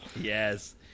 Yes